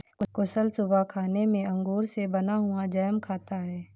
कुशल सुबह खाने में अंगूर से बना हुआ जैम खाता है